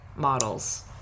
models